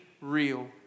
real